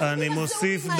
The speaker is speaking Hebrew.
אני מוסיף,